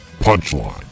Punchline